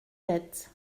tête